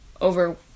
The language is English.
over